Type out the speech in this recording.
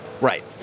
Right